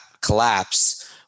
collapse